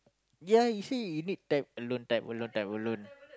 ya you see you need time alone time alone time alone